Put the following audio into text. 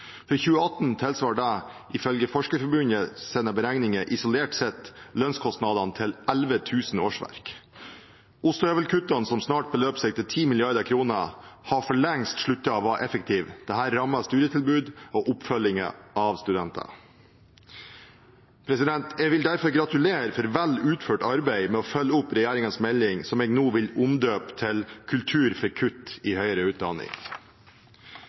ifølge Forskerforbundets beregninger isolert sett lønnskostnadene til 11 000 årsverk. Ostehøvelkuttene som snart beløper seg til 10 mrd. kr, har for lengst sluttet å være effektive. Dette rammer studietilbud og oppfølgingen av studentene. Jeg vil derfor gratulere med vel utført arbeid med å følge opp regjeringens melding, som jeg nå vil døpe om til kultur for kutt i høyere utdanning.